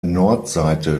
nordseite